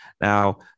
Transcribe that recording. Now